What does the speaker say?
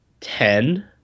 ten